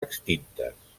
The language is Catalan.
extintes